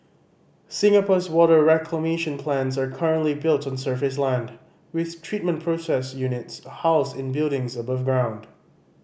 Singapore's water reclamation plants are currently built on surface land with treatment process units housed in buildings above ground